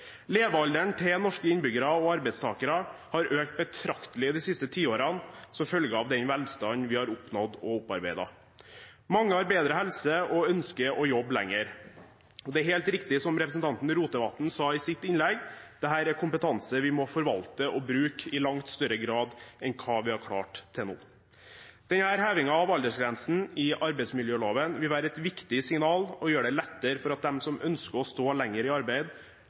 Levealderen til norske innbyggere og arbeidstakere har økt betraktelig de siste tiårene, som følge av den velstanden vi har oppnådd og opparbeidet. Mange har bedre helse og ønsker å jobbe lenger. Det er helt riktig, som representanten Rotevatn sa i sitt innlegg: Dette er kompetanse vi må forvalte og bruke i langt større grad enn hva vi har klart til nå. Denne hevingen av aldersgrensen i arbeidsmiljøloven vil være et viktig signal og gjøre det lettere for dem som ønsker å stå lenger i arbeid,